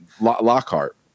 Lockhart